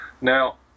Now